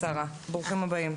ברור שזה לא יקרה בשנים הקרובות,